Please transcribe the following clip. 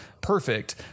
perfect